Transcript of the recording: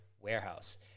warehouse